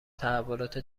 تحولات